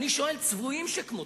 אני שואל: צבועים שכמותכם,